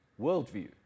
worldview